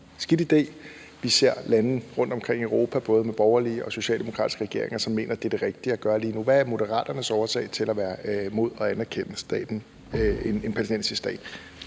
skidt idé. Vi ser lande rundtomkring i Europa både med borgerlige og med socialdemokratiske regeringer, som mener, at det er det rigtige at gøre lige nu. Hvad er Moderaternes årsag til at være imod at anerkende en palæstinensisk stat?